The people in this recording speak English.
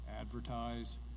advertise